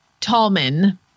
Tallman